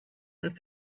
and